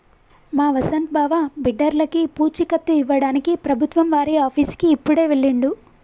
మా వసంత్ బావ బిడ్డర్లకి పూచీకత్తు ఇవ్వడానికి ప్రభుత్వం వారి ఆఫీసుకి ఇప్పుడే వెళ్ళిండు